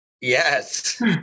Yes